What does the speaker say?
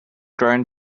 grown